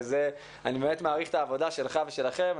אני באמת מעריך את העבודה שלך ושלכם.